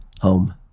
Home